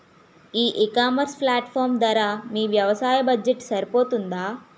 ఈ ecommerce platform ధర మీ వ్యవసాయ బడ్జెట్ సరిపోతుందా?